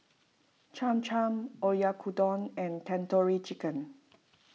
Cham Cham Oyakodon and Tandoori Chicken